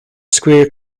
square